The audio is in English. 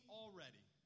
already